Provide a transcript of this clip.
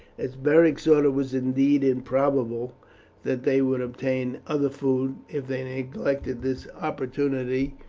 as beric saw it was indeed improbable that they would obtain other food if they neglected this opportunity,